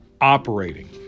operating